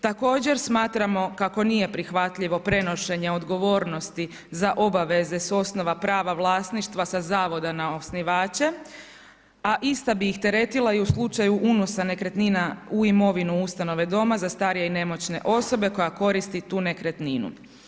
Također smatramo kako nije prihvatljivo prenošenje odgovornosti za obaveze s osnove prava vlasništva sa zavoda na osnivače, a ista bi ih teretila i u slučaju unosa nekretnina u imovinu ustanove doma za starije i nemoćne osobe koja koristi tu nekretninu.